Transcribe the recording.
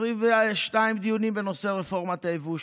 22 דיונים בנושא רפורמת היבוא,